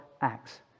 acts